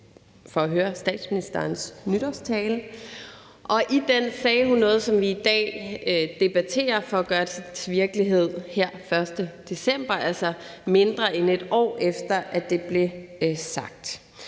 for at høre statsministerens nytårstale, og i den sagde hun noget, som vi i dag debatterer for at gøre til det virkelighed her den 1. december, altså mindre end et år efter at det blev sagt.